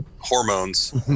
hormones